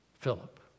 Philip